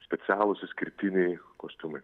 specialūs išskirtiniai kostiumai